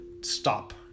stop